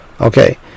Okay